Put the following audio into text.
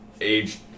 age